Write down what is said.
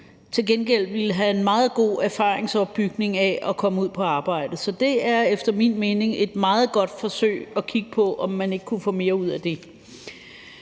til gengæld ville have en meget god erfaringsopbygning af at komme ud i arbejde. Så det er efter min mening et meget godt forsøg at kigge på, om man ikke kunne få mere ud af det.